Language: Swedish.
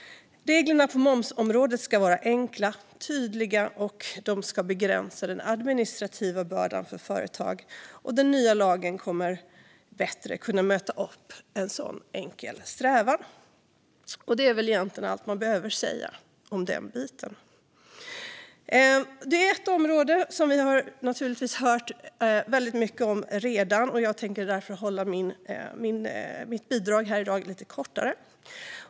Reglerna på momsområdet ska vara enkla och tydliga, och de ska begränsa den administrativa bördan för företag. Den nya lagen kommer att bättre kunna möta upp en sådan enkel strävan. Det är väl egentligen allt man behöver säga om den biten. Det är ett område som vi naturligtvis har hört väldigt mycket om redan, och jag tänker därför hålla mitt bidrag här i dag lite kortare.